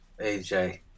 AJ